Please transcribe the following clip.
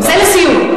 זה לסיום.